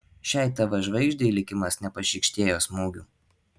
šiai tv žvaigždei likimas nepašykštėjo smūgių